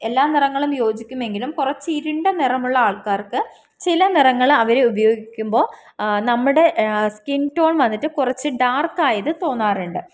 എല്ലാ നിറങ്ങളും യോജിക്കുമെങ്കിലും കുറച്ച് ഇരുണ്ടനിറമുള്ള ആൾക്കാർക്ക് ചില നിറങ്ങൾ അവർ ഉപയോഗിക്കുമ്പോൾ നമ്മുടെ സ്കിൻ ടോൺ വന്നിട്ട് കുറച്ച് ഡാർക്ക് ആയത് തോന്നാറുണ്ട്